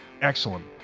Excellent